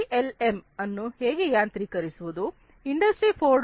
PLM ಅನ್ನು ಹೇಗೆ ಯಾಂತ್ರಿಕರಿಸುವುದು ಇಂಡಸ್ಟ್ರಿ 4